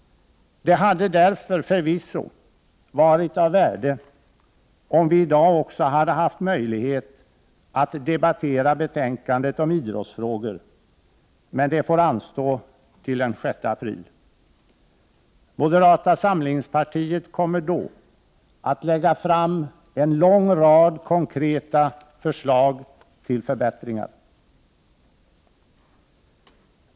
Det hade därför, förvisso, varit av värde om vi i dag också hade haft möjlighet att debattera betänkandet om idrottsfrågor, men det får anstå till den 6 april. Moderata samlingspartiet kommer då att lägga fram en lång rad konkreta förslag till förbättringar.